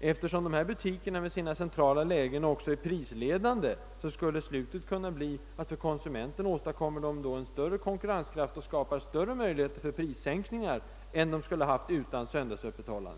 »eftersom dessa butiker med sina centrala lägen också är prisledande, skulle slutet kunna bli ait de för konsumenterna åstadkommer större konkurrenskraft och skapar större möjligheter för prissänkningar än de skulle ha gjort utan söndagsöppethållande».